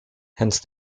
hence